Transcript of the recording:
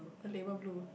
the label blue